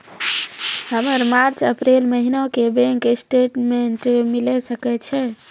हमर March April महीना के बैंक स्टेटमेंट मिले सकय छै?